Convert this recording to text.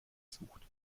sucht